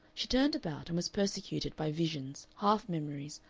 she turned about, and was persecuted by visions, half memories,